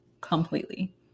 completely